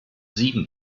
sieben